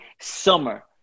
summer